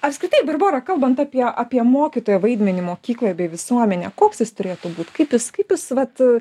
apskritai barbora kalbant apie apie mokytojo vaidmenį mokykloj bei visuomenę koks jis turėtų būt kaip jis kaip jūs vat